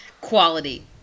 Quality